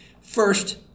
First